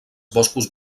boscos